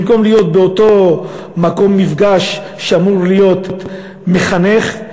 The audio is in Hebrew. במקום להיות באותו מקום מפגש שאמור להיות מחנך,